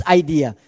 idea